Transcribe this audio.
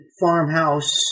farmhouse